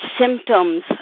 symptoms